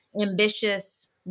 ambitious